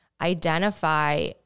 identify